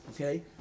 okay